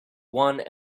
one